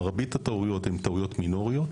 מרבית הטעויות הן טעויות מינוריות